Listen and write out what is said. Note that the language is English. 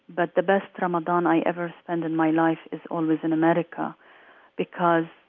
but the best ramadan i ever spend in my life is always in america because